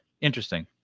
interesting